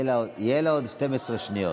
יהיו לה עוד 12 שניות.